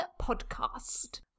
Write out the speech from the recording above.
podcast